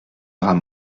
drap